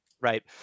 Right